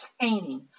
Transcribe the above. painting